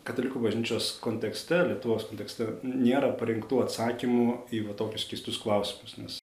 katalikų bažnyčios kontekste lietuvos kontekste nėra parengtų atsakymų į va tokius keistus klausimus nes